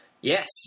Yes